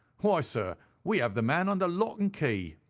why, sir, we have the man under lock and key.